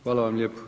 Hvala vam lijepo.